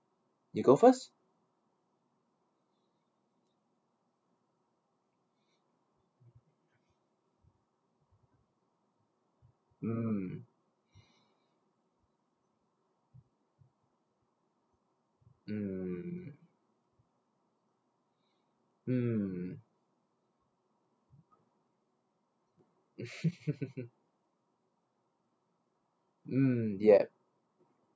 you go first mm mm mm mm yup